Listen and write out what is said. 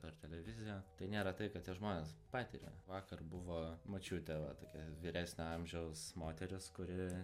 per televiziją tai nėra tai ką tie žmonės patiria vakar buvo močiutė va tokia vyresnio amžiaus moteris kuri